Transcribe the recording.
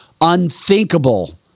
unthinkable